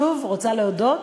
שיש כסף, שוב, אני רוצה להודות